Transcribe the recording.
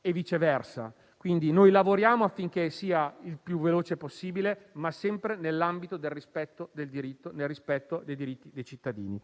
e viceversa. Quindi, noi lavoriamo affinché sia il più veloce possibile, ma sempre nel rispetto dei diritti dei cittadini.